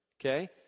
Okay